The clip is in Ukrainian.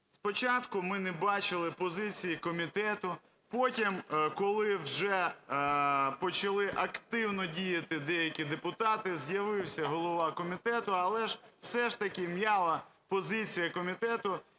Спочатку ми не бачили позиції комітету. Потім, коли вже почали активно діяти деякі депутати, з'явився голова комітету, але все ж таки м'яла позиція комітету,